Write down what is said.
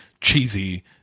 cheesy